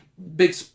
Big